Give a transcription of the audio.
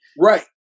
Right